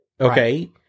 okay